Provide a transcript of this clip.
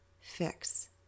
fix